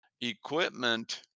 equipment